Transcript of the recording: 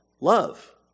Love